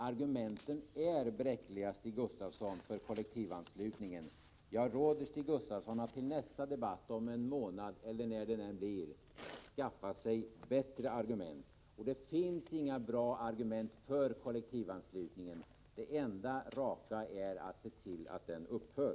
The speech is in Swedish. Argumenten för kollektivanslutningen är bräckliga, Stig Gustafsson. Jag råder Stig Gustafsson att till nästa debatt, om en månad eller när det blir, skaffa sig bättre argument. Det finns inga bra argument för kollektivanslutningen. Det enda raka är att se till att den upphör.